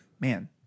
man